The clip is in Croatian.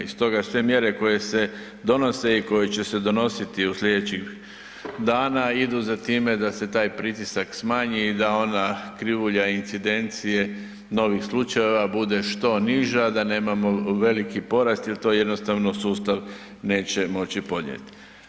I stoga sve mjere koje se donose i koje će se donositi u sljedećih dana idu za time da se taj pritisak smanji i da ona krivulja incidencije novih slučajeva bude što niža da nemamo veliki porast jer to jednostavno sustav neće moći podnijeti.